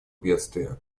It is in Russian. бедствия